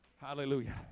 Hallelujah